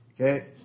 Okay